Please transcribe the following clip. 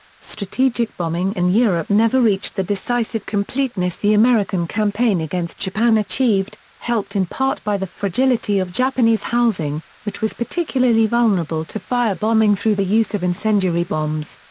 strategic bombing in europe never reached the decisive completeness the american campaign against japan achieved, helped in part by the fragility of japanese housing, which was particularly vulnerable to firebombing through the use of incendiary bombs.